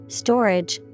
storage